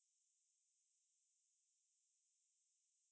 现在没有啊只是读书而已可是